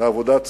בעבודת ציבור.